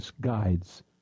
guides